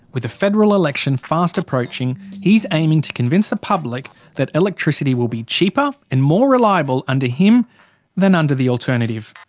with a federal election fast approaching, he is aiming to convince the public that electricity will be cheaper and more reliable under him than under the alternative.